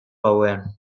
gauean